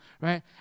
right